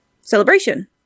Celebration